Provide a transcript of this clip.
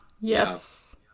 yes